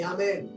Amen